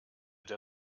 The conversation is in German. der